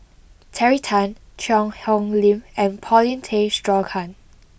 Terry Tan Cheang Hong Lim and Paulin Tay Straughan